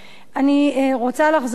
אני רוצה לחזור ולומר,